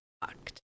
fucked